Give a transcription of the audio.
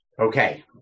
okay